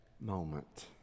moment